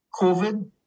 COVID